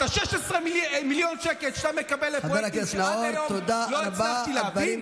את ה-16 מיליון שקל שאתה מקבל על פרויקטים שעד היום לא הצלחתי להבין,